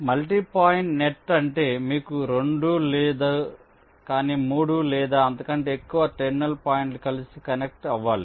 multi point net అంటే మీకు 2 లేదు కానీ 3 లేదా అంతకంటే ఎక్కువ టెర్మినల్ పాయింట్లు కలిసి కనెక్ట్ అవ్వాలి